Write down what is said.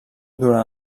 durant